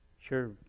Sure